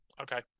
Okay